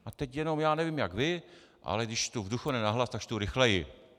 A teď jenom, já nevím jak vy, ale když čtu v duchu, ne nahlas, tak čtu rychleji.